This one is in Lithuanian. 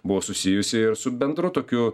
buvo susijusi ir su bendru tokiu